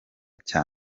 cya